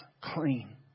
clean